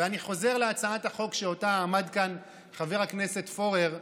ואני חוזר להצעת החוק שאותה השמיץ חבר הכנסת פורר,